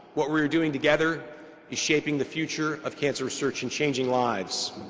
what we are doing together is shaping the future of cancer research and changing lives.